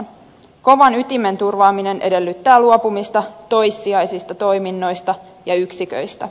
kovan ytimen turvaaminen edellyttää luopumista toissijaisista toiminnoista ja yksiköistä